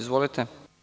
Izvolite.